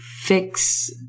fix